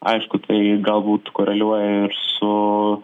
aišku tai galbūt koreliuoja ir su